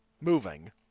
moving